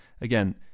Again